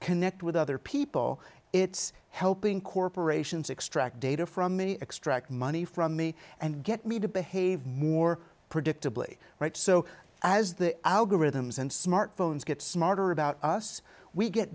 connect with other people it's helping corporations extract data from me extract money from me and get me to behave more predictably right so as the algorithms and smartphones get smarter about us we get